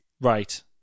right